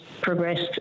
progressed